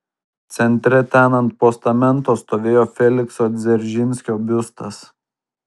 centre ten ant postamento stovėjo felikso dzeržinskio biustas